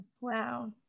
wow